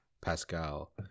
pascal